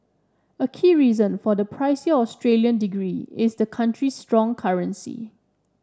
a key reason for the pricier Australian degree is the country's strong currency